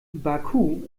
baku